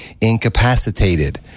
incapacitated